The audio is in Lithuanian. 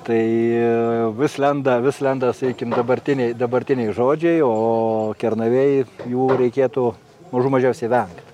tai vis lenda vis lenda sakykim dabartiniai dabartiniai žodžiai o kernavėj jų reikėtų mažų mažiausiai vengt